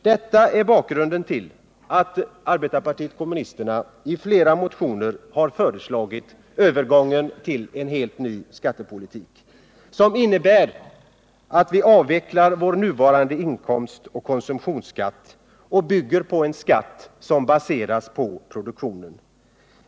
Detta är bakgrunden till att arbetarpartiet kommunisterna i flera motioner har föreslagit övergång till en helt ny skattepolitik, som innebär att vi avvecklar vår nuvarande inkomstoch konsumtionsskatt och skapar en skatt som baseras på produktionen.